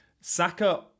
Saka